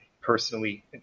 personally